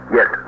Yes